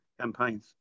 campaigns